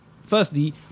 Firstly